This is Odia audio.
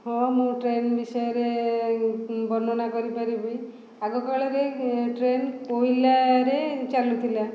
ହଁ ମୁଁ ଟ୍ରେନ୍ ବିଷୟରେ ବର୍ଣ୍ଣନା କରିପାରିବି ଆଗକାଳରେ ଟ୍ରେନ୍ କୋଇଲାରେ ଚାଲୁଥିଲା